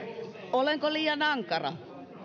olenko liian ankara